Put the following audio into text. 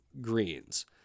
greens